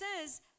says